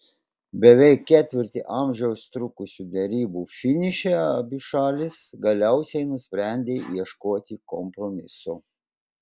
beveik ketvirtį amžiaus trukusių derybų finiše abi šalys galiausiai nusprendė ieškoti kompromisų